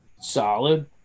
Solid